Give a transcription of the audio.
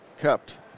kept